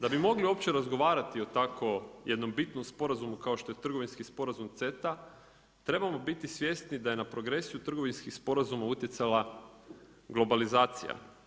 Da bi mogli uopće razgovarati o tako jednom bitnom sporazumu kao što je Trgovinski sporazum CETA trebamo biti svjesni da je na progresiju trgovinskih sporazuma utjecala globalizacija.